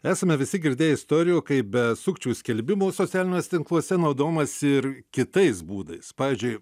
esame visi girdėję istorijų kaip be sukčių skelbimų socialiniuose tinkluose naudojamas ir kitais būdais pavyzdžiui